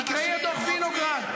תקראי את דוח וינוגרד.